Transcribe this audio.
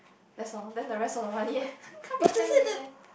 that's all then the rest of the money eh can't be ten million